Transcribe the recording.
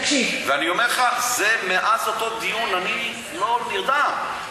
ואני אומר לך, מאז אותו דיון אני לא נרדם.